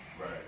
Right